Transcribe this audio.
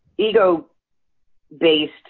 ego-based